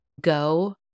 go